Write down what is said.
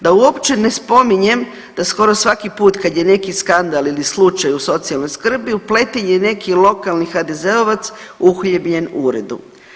Da uopće ne spominjem da skoro svaki put kad je neki skandal ili slučaj u socijalnoj skrbi upleten je neki lokalni HDZ-ovac uhljebljen u uredu.